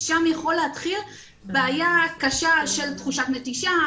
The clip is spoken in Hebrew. שם יכולה להתחיל בעיה קשה של תחושת נטישה,